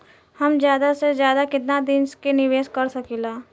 हम ज्यदा से ज्यदा केतना दिन के निवेश कर सकिला?